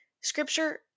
scripture